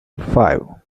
five